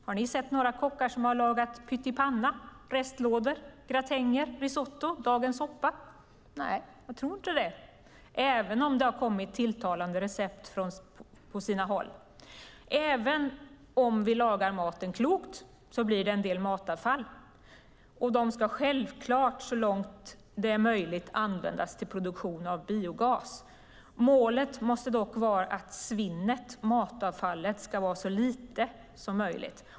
Har ni sett några kockar som har lagat pyttipanna, restlådor, gratänger, risotto eller dagens soppa? Nej, jag tror inte det, även om det har kommit tilltalande recept från sina håll. Även om vi lagar maten klokt så blir det en del matavfall. Det ska självklart så långt möjligt användas till produktion av biogas. Målet måste dock vara att svinnet, matavfallet, ska vara så lite som möjligt.